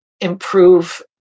improve